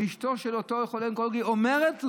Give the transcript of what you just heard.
ואשתו של אותו חולה אונקולוגי אומרת לו: